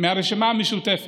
מהרשימה המשותפת,